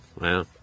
Wow